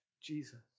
Jesus